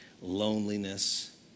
loneliness